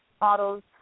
models